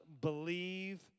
believe